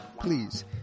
Please